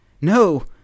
No